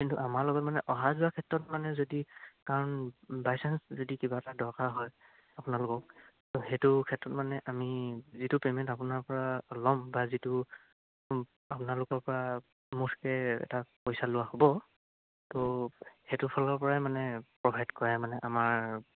কিন্তু আমাৰ লগত মানে অহা যোৱা ক্ষেত্ৰত মানে যদি কাৰণ বাইচাঞ্চ যদি কিবা এটা দৰকাৰ হয় আপোনালোকক ত' সেইটো ক্ষেত্ৰত মানে আমি যিটো পে'মেণ্ট আপোনাৰ পৰা ল'ম বা যিটো আপোনালোকৰ পৰা মুঠকে এটা পইচা লোৱা হ'ব ত' সেইটোৰ ফালৰ পৰাই মানে প্ৰভাইড কৰাই মানে আমাৰ